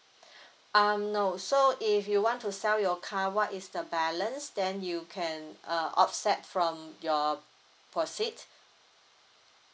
um no so if you want to sell your car what is the balance then you can uh offset from your proceed